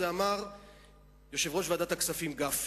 אמר את זה יושב-ראש ועדת הכספים גפני.